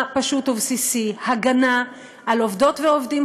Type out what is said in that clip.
פשוט ובסיסי: הגנה על עובדות ועובדים,